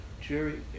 Jerry